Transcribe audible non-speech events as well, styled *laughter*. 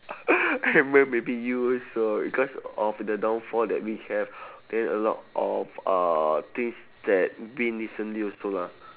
*laughs* edmund ma~ maybe you also because of the downfall that we have then a lot of uh things that been recently also lah